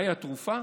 מהי התרופה?